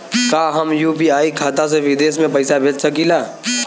का हम यू.पी.आई खाता से विदेश में पइसा भेज सकिला?